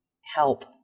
help